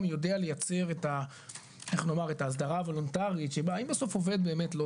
יודע לייצר את האסדרה הוולונטרית שבה אם בסוף עובד הוא באמת לא